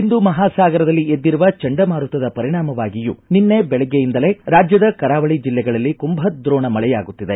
ಒಂದೂ ಮಹಾ ಸಾಗರದಲ್ಲಿ ಎದ್ದಿರುವ ಚಂಡಮಾರುತದ ಪರಿಣಾಮವಾಗಿಯೂ ನಿನ್ನೆ ಬೆಳಗ್ಗೆಯಿಂದಲೇ ರಾಜ್ಯದ ಕರಾವಳಿ ಜಿಲ್ಲೆಗಳಲ್ಲಿ ಕುಂಭದ್ರೋಣ ಮಳೆಯಾಗುತ್ತಿದೆ